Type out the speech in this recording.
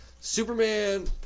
Superman